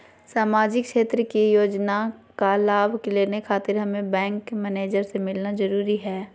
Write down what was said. सामाजिक क्षेत्र की योजनाओं का लाभ लेने खातिर हमें बैंक मैनेजर से मिलना जरूरी है?